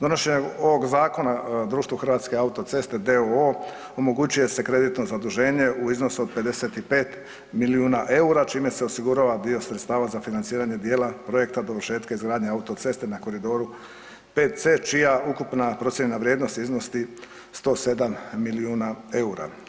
Donošenjem ovog Zakona društvo Hrvatske autoceste d.o.o. omogućio je kreditno zaduženje u iznosu od 55 milijuna eura čime se osigurava dio sredstava za financiranje dijela projekta dovršetka izgradnje autoceste na koridoru 5C čija ukupna procijenjena vrijednost iznosi 107 milijuna eura.